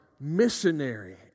missionary